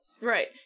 Right